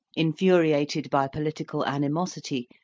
infuriated by political animosity,